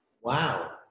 wow